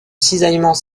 cisaillement